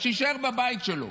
אז שיישאר בבית שלו.